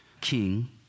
king